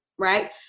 right